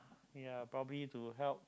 ya probably to help